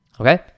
Okay